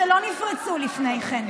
שלא נפרצו לפני כן.